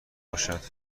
باشد